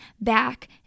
back